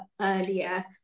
earlier